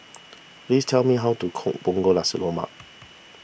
please tell me how to cook Punggol Nasi Lemak